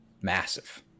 massive